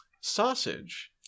sausage